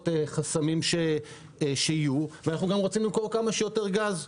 חסמים ואנחנו רוצים למכור כמה שיותר גז.